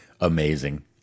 amazing